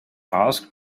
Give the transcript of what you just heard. asked